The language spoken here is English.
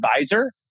advisor